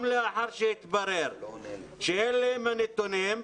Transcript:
גם לאחר שהתברר שאלה הם הנתונים,